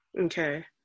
Okay